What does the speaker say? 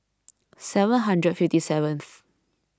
seven hundred fifty seventh